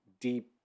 deep